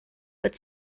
but